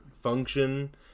function